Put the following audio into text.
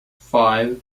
five